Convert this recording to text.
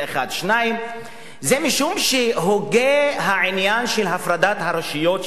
2. זה משום שהוגה העניין של הפרדת הרשויות,